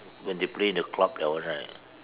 when they play in the club that one right